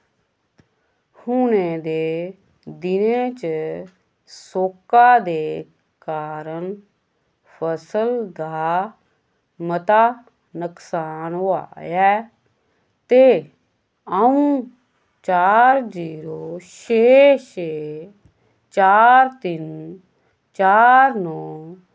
हुनै दे दिनें च सोक्का दे कारण फसल दा मता नुकसान होआ ऐ ते अ'ऊं चार जीरो छे छे चार तिन्न चार नौ